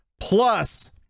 plus